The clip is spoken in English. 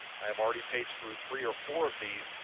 i have already paged through three or four of these,